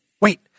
Wait